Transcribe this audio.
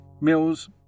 Mills